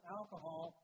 alcohol